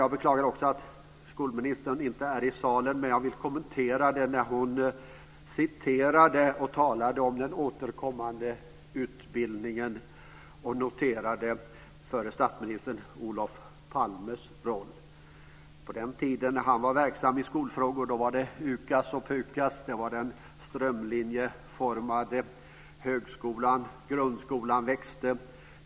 Jag beklagar också att skolministern inte är i kammaren, men jag vill kommentera det hon sade när hon talade om den återkommande utbildningen och noterade förre statsministern Olof Palmes roll. På den tid då han var verksam i skolfrågor var det UKAS och PUKAS. Det var den strömlinjeformade högskolan. Grundskolan växte.